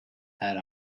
had